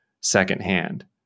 secondhand